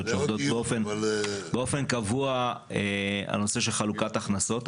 שעובדות באופן קבוע על נושא של חלוקת הכנסות,